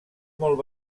molt